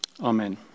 Amen